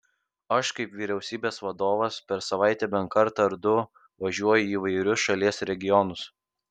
aš kaip vyriausybės vadovas per savaitę bent kartą ar du važiuoju į įvairius šalies regionus